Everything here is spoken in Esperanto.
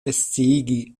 sciigi